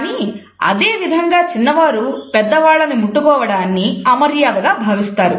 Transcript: కానీ అదేవిధంగా చిన్న వారు పెద్ద వాళ్ళని ముట్టుకోవడాన్ని అమర్యాదగా భావిస్తారు